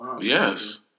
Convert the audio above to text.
Yes